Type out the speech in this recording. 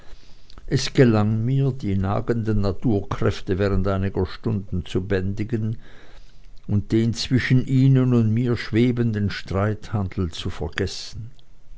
es gelang mir die nagenden naturkräfte während einiger stunden zu bändigen und den zwischen ihnen und mir schwebenden streithandel zu vergessen